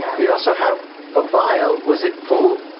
we also have a vial. was it full?